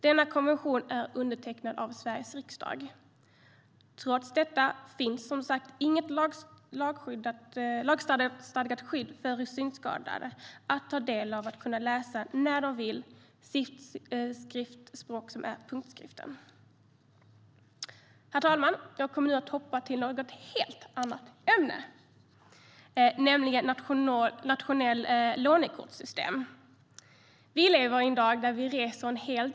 Denna konvention är undertecknad av Sveriges riksdag. Trots det finns det som sagt inget lagstadgat skydd för att synskadade ska kunna läsa sitt skriftspråk, punktskriften, när de vill. Herr talman! Jag kommer nu att hoppa över till ett helt annat ämne, nämligen nationellt lånekortssystem. Vi lever i dag i en värld där vi reser en hel del.